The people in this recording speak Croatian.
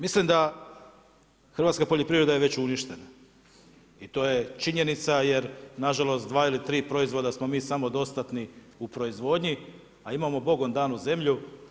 Mislim da hrvatska poljoprivreda je već uništena i to je činjenica jer na žalost 2 ili 3 proizvoda smo mi samo dostatni u proizvodnji, a imamo Bogom danu zemlju.